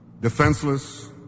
defenseless